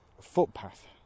footpath